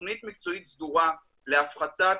הקורונה לא נולדה פה והיא לא תמות פה,